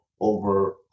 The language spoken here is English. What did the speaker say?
over